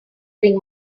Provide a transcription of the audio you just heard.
bring